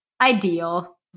ideal